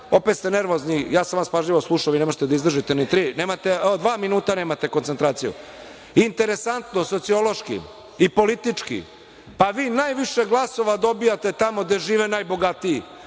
opet ste nervozni, ja sam vas pažljivo slušao, a vi ne možete da izdržite, dva minuta nemate koncentraciju. Interesantno sociološki i politički, pa vi najviše glasova dobijate tamo gde živi najbogatiji